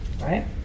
Right